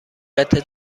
قطعه